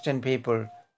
people